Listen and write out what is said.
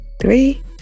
three